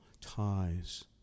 ties